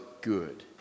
good